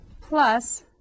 plus